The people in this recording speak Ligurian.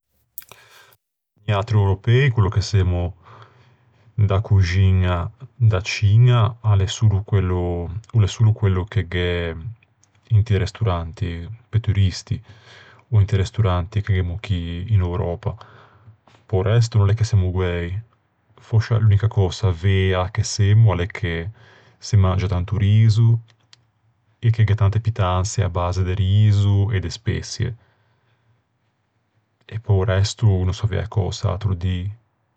Niatri europëi quello che semmo da coxiña da Ciña a l'é solo quello... o l'é solo quello che gh'emmo inti restoranti pe turisti. Ò inti restoranti che gh'emmo chì in Euröpa. Pe-o resto no l'é semmo guæi. Fòscia l'unica cösa vea che semmo a l'é che se mangia tanto riso e che gh'é tante pittanse à base de riso e de speçie. E pe-o resto no saviæ cös'atro dî.